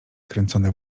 kręcone